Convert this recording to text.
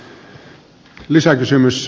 arvoisa puhemies